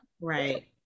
Right